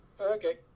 Okay